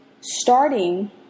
starting